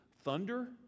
thunder